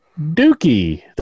Dookie